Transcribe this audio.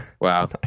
Wow